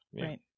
right